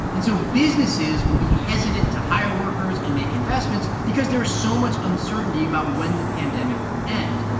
and so businesses will be hesitant to hire workers and make investments because there is so much uncertainty about when the pandemic will end.